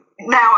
Now